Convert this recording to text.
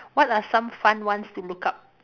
what are some fun ones to look up